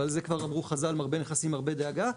ועל זה כבר אמרו חז"ל מרבה נכסים מרבה דאגה.